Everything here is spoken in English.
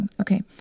Okay